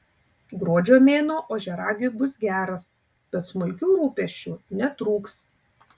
gruodžio mėnuo ožiaragiui bus geras bet smulkių rūpesčių netrūks